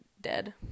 dead